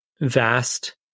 vast